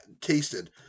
tasted